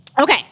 Okay